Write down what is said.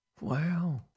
Wow